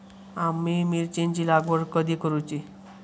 आम्ही मिरचेंची लागवड कधी करूची?